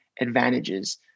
advantages